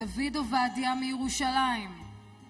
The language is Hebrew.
דוד עובדיה מירושלים